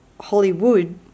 Hollywood